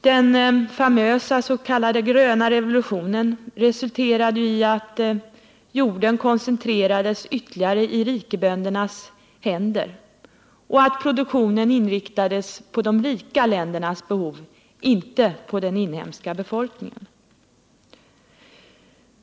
Den famösa s.k. gröna revolutionen resulterade i att jordägandet koncentrerades ytterligare till att övergå i rikeböndernas ägo och att 175 produktionen inriktades på att tillgodose de rika ländernas behov, inte den inhemska befolkningens.